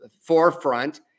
forefront